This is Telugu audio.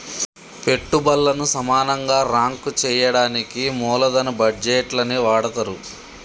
పెట్టుబల్లను సమానంగా రాంక్ చెయ్యడానికి మూలదన బడ్జేట్లని వాడతరు